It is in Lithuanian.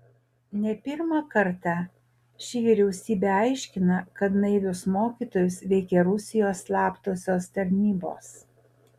ne pirmą kartą ši vyriausybė aiškina kad naivius mokytojus veikia rusijos slaptosios tarnybos